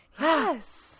Yes